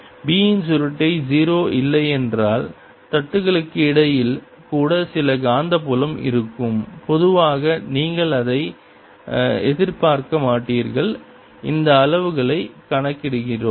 B இன் சுருட்டை 0 இல்லையென்றால் தட்டுகளுக்கு இடையில் கூட சில காந்தப்புலம் இருக்கும் பொதுவாக நீங்கள் அதை எதிர்பார்க்க மாட்டீர்கள் இந்த அளவுகளை கணக்கிடுகிறோம்